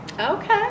Okay